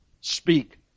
speak